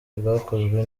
rwakozwe